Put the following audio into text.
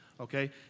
Okay